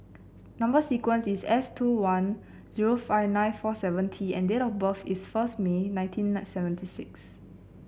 number sequence is S two one zero five nine four seven T and date of birth is first May nineteen seventy six